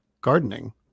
gardening